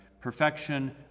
perfection